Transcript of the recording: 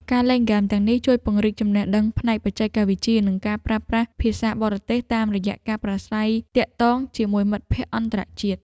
ការលេងហ្គេមទាំងនេះជួយពង្រីកចំណេះដឹងផ្នែកបច្ចេកវិទ្យានិងការប្រើប្រាស់ភាសាបរទេសតាមរយៈការប្រស្រ័យទាក់ទងជាមួយមិត្តភក្តិអន្តរជាតិ។